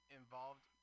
involved